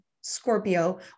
Scorpio